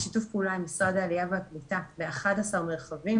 גם משרד הרווחה שהוא שותף של התוכנית,